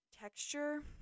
texture